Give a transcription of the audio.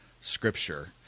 Scripture